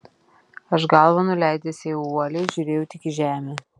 aš galvą nuleidęs ėjau uoliai žiūrėjau tik į žemę